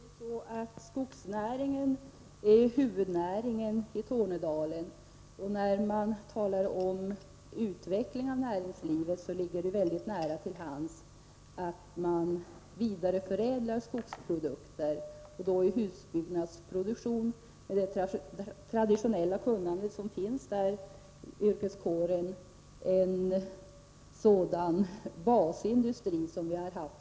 Herr talman! Det är så att skogsnäringen är huvudnäringen i Tornedalen, och när man talar om utveckling av näringslivet där ligger det mycket nära till hands att tänka på vidareförädling av skogsprodukter. Husbyggnadsproduktion, med det traditionella kunnande som finns inom berörd yrkeskår, är en sådan basindustri som vi har haft.